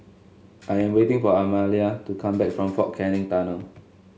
I am waiting for Amalia to come back from Fort Canning Tunnel